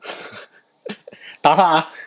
打他啊